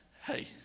hey